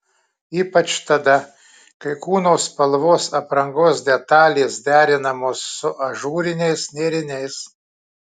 ypač tada kai kūno spalvos aprangos detalės derinamos su ažūriniais nėriniais